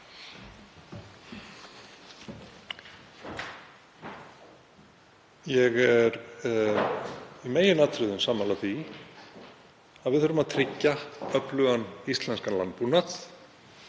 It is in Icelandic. Ég er í meginatriðum sammála því. Við þurfum að tryggja öflugan íslenskan landbúnað,